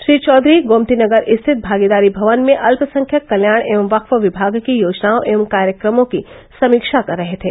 श्री चौधरी गोमतीनगर स्थित भागीदारी भवन में अल्पसंख्यक कल्याण एवं वक्फ विभाग की योजनाओं एवं कार्यक्रमों की समीक्षा कर रहे थे